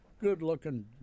good-looking